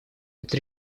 эту